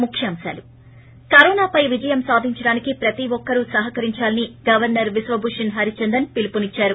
ముఖ్యాంశాలు ి కరోనాపై విజయం సాధించడానికి ప్రతి ఒక్కరూ సహకరించాలని గవర్చర్ బిశ్వభూషన్ హరిచందన్ పిలుపునిచ్చారు